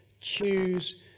choose